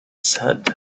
said